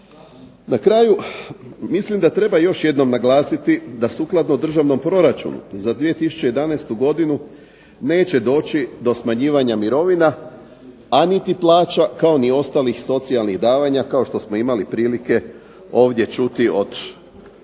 Na kraju mislim da treba još jednom naglasiti, da sukladno državnom proračunu za 2011. godinu neće doći do smanjivanja mirovina, a niti plaća, kao ni ostalih socijalnih davanja kao što smo imali prilike ovdje čuti od